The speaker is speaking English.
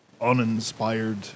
uninspired